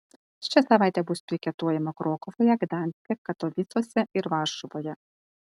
šią savaitę bus piketuojama krokuvoje gdanske katovicuose ir varšuvoje